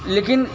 लेकिन